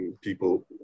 people